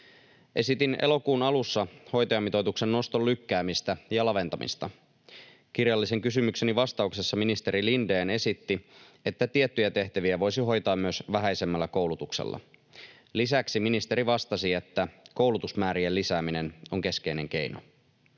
Esitin elokuun alussa hoitajamitoituksen noston lykkäämistä ja laventamista. Kirjallisen kysymykseni vastauksessa ministeri Lindén esitti, että tiettyjä tehtäviä voisi hoitaa myös vähäisemmällä koulutuksella. Lisäksi ministeri vastasi, että koulutusmäärien lisääminen on keskeinen keino.